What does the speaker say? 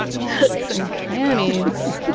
nooks and crannies